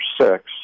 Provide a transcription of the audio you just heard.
six